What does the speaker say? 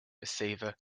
receiver